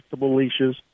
leashes